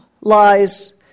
lies